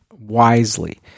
wisely